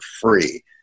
free